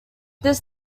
this